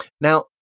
Now